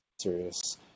serious